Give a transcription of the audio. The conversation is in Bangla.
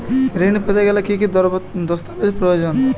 ঋণ পেতে গেলে কি কি দস্তাবেজ প্রয়োজন?